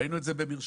ראינו את זה במרשם.